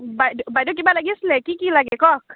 বাই বাইদেউ কিবা লাগিছিলে কি কি লাগে কওক